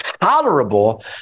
Tolerable